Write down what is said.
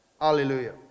Hallelujah